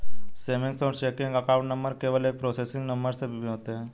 savings और checking account number केवल एक प्रीफेसिंग नंबर से भिन्न होते हैं